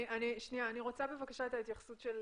אני רוצה בבקשה את ההתייחסות של